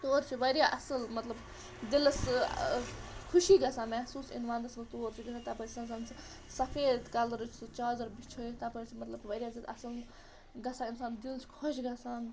تور چھُ واریاہ اصٕل مطلب دِلَس ٲں خوشی گژھان محسوٗس یِیٚلہِ وَنٛدَس منٛز تور چھِ گژھان تَپٲرۍ چھِ آسان زَن سۄ سَفید کَلرٕچۍ سۄ چادر بِچھٲیِتھ تَپٲرۍ چھِ مطلب واریاہ زیادٕ اصٕل گژھان انسان دل چھُ خۄش گژھان